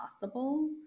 possible